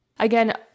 Again